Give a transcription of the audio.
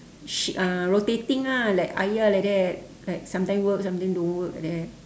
shi~ uh rotating ah like ayah like that like sometime work sometime don't work like that